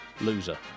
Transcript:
loser